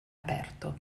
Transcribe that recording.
aperto